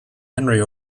henry